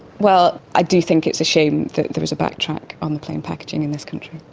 well, i do think it's a shame that there was a backtrack on the plain packaging in this country.